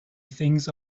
things